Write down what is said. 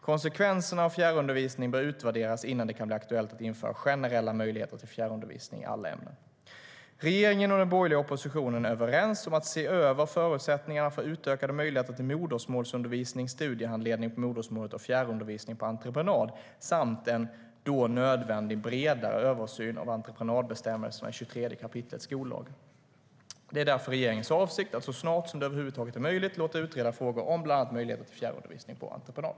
Konsekvenserna av fjärrundervisning bör utvärderas innan det kan bli aktuellt att införa generella möjligheter till fjärrundervisning i alla ämnen. Regeringen och den borgerliga oppositionen är överens om att se över förutsättningarna för utökade möjligheter till modersmålsundervisning, studiehandledning på modersmålet och fjärrundervisning på entreprenad samt göra en då nödvändig, bredare översyn av entreprenadbestämmelserna i 23 kap. skollagen. Det är därför regeringens avsikt att så snart det över huvud taget är möjligt låta utreda frågor om bland annat möjligheter till fjärrundervisning på entreprenad.